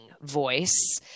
voice